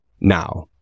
Now